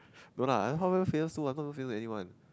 no lah anyone